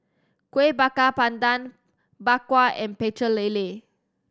Kuih Bakar Pandan Bak Kwa and Pecel Lele